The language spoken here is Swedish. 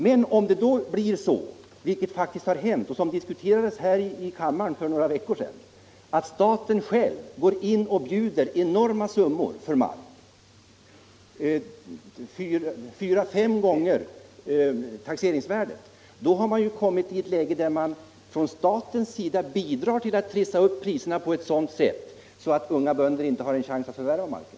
Men om det då blir så — som faktiskt har hänt och som diskuterades här i kammaren för några veckor sedan — att staten själv går in och bjuder enorma summor för mark, fyra fem gånger taxeringsvärdet, då har man ju kommit i ett läge där staten bidrar till att trissa upp priserna på ett sådant sätt att unga bönder inte har en chans att förvärva marken.